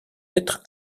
être